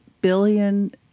billion